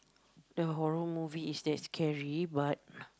the horror movie is that scary but